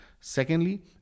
Secondly